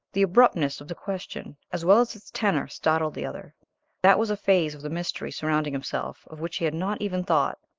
the abruptness of the question, as well as its tenor, startled the other that was a phase of the mystery surrounding himself of which he had not even thought.